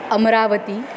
Amravati